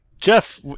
Jeff